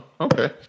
Okay